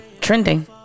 trending